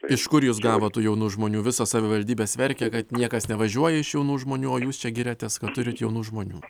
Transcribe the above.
iš kur jūs gavot tų jaunų žmonių visos savivaldybės verkė kad niekas nevažiuoja iš jaunų žmonių o jūs čia giriatės kad turit jaunų žmonių